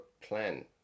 plan